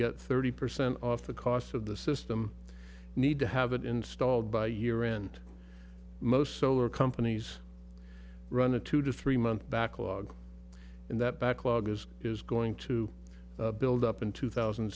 get thirty percent off the cost of the system need to have it installed by year end most solar companies run a two to three month backlog and that backlog is is going to build up in two thousand